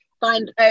find